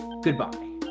goodbye